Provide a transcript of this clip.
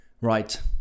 Right